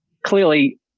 Clearly